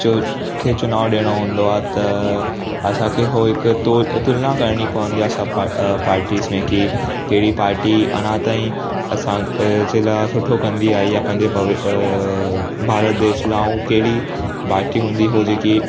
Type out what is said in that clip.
च खे चुनाव ॾियणो हूंदो आहे त असांखे उहो हिक तु तुलना करिणी पवंदी आहे असां पाट पाटीस में की कहिड़ी पाटी अनाथ ऐं असां जे लाइ सुठो कंदी आहे इहा पंहिंजे भ भारत देश लाइ ऐं कहिड़ी बाटी हूंदी हू जेकी